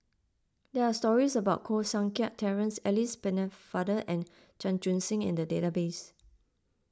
there are stories about Koh Seng Kiat Terence Alice Pennefather and Chan Chun Sing in the database